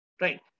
right